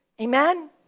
Amen